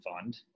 Fund